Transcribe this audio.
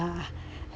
ah